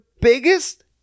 biggest